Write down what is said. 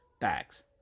tax